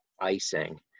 icing